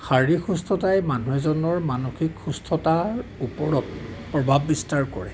শাৰীৰিক সুস্থতাই মানুহ এজনৰ মানসিক সুস্থতাৰ ওপৰত প্ৰভাৱ বিস্তাৰ কৰে